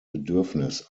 bedürfnis